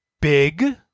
big